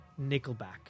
Nickelback